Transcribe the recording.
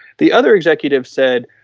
the other executive said,